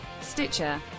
Stitcher